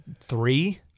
three